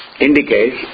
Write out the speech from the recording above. Indicates